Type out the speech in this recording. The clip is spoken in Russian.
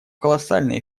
колоссальный